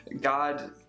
God